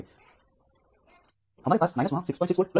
तो हमारे पास वहाँ पर 66 वोल्ट 22 88 है